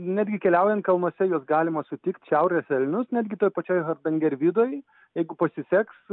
netgi keliaujant kalnuose juos galima sutikti šiaurės elnius netgi toj pačioj hardangervidoj jeigu pasiseks